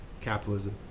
capitalism